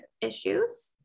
issues